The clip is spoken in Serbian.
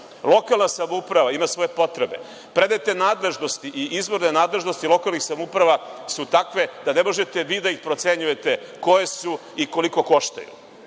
gradivo. Lokalna samouprava ima svoje potrebe. Prenete nadležnosti i izvorne nadležnosti lokalnih samouprava su takve da ne možete vi da ih procenjujete koje su i koliko koštaju,